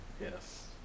yes